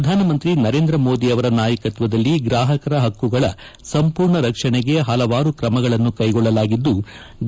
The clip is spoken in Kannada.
ಶ್ರಧಾನ ಮಂತ್ರಿ ನರೇಂದ್ರ ಮೋದಿ ಅವರ ನಾಯಕತ್ವದಲ್ಲಿ ಗ್ರಾಹಕರ ಹಕ್ಕುಗಳ ಸಂಪೂರ್ಣ ರಕ್ಷಣೆಗೆ ಹಲವಾರು ಕ್ರಮಗಳನ್ನು ಕ್ಲೆಗೊಳ್ಳಲಾಗಿದ್ಲು